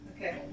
Okay